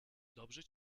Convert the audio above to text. dobrze